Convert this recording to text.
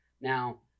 Now